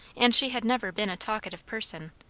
and she had never been a talkative person,